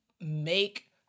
make